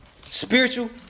Spiritual